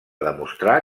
demostrar